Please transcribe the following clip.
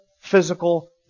physical